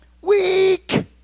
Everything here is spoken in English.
Weak